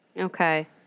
Okay